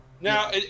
Now